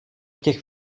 těch